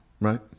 Right